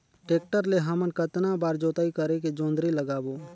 Tractor ले हमन कतना बार जोताई करेके जोंदरी लगाबो?